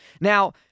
Now